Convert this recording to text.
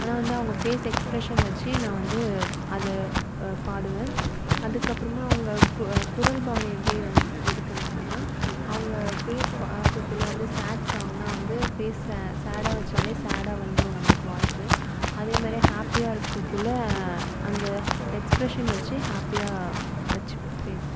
ஆனால் வந்து அவங்க ஃபேஸ் எக்ஸ்பிரெஷன் வச்சு நான் வந்து அதை பாடுவேன் அதுக்கு அப்புறமா அவங்க குர குரல் பவனை எப்படி வந்து இது பண்ணுவனா அவங்க ஃபேஸ் பார்க்ககுள்ள வந்து சேடு சாங்னா வந்து ஃபேஸ்சை சேடாக வச்சாலே சேடாக வந்துடும் நம்மளுக்கு வாய்ஸு அதேமாதிரிய ஹாப்பியாக இருக்கறகுள்ள அந்த எக்ஸ்பிரெஷன் வச்சு ஹாப்பியாக வச்சுப்பன் ஃபேஸ்